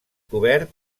cobert